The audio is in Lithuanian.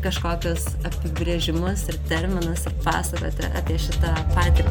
kažkokius apibrėžimus ir terminus pasakoti apie šitą patir